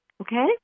Okay